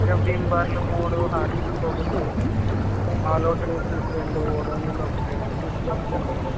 ఇంకా విమ్ బార్లు మూడు హార్పిక్ ఒకటి ఆల్ అవుట్ రీఫుల్స్ రెండు ఓడానిల్ ఒకటండి హిట్టు ఒకటండి